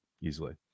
easily